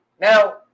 Now